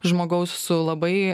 žmogaus su labai